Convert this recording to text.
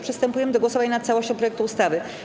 Przystępujemy do głosowania nad całością projektu ustawy.